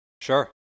Sure